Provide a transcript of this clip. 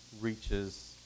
reaches